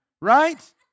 right